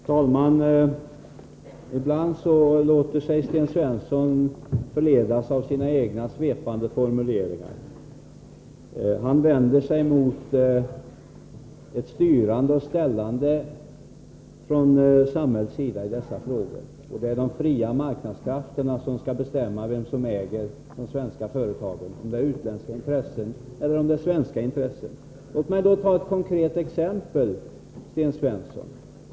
Herr talman! Ibland låter sig Sten Svensson förledas av sina egna svepande formuleringar. Han vänder sig mot ett ”styrande och ställande” från samhällets sida i dessa frågor, och det är de fria marknadskrafterna som skall bestämma vem som äger de svenska företagen — om det är utländska intressen eller svenska intressen. Låt mig då ta ett konkret exempel, Sten Svensson.